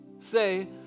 Say